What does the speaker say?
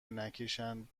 نکشن